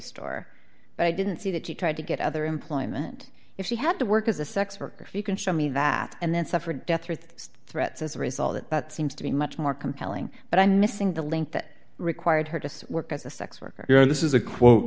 store but i didn't see that she tried to get other employment if she had to work as a sex worker if you can show me that and then suffer death threats as a result it seems to be much more compelling but i'm missing the link that required her to work as a sex worker you know this is a quote